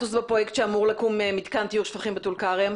הסטטוס בפרויקט שאמור לקום מתקן טיהור שפכים בטולכרם?